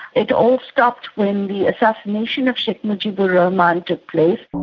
it all stopped when the assassination of sheikh mujibur rahman took place.